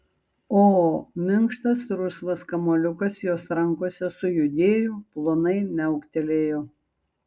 o minkštas rusvas kamuoliukas jos rankose sujudėjo plonai miauktelėjo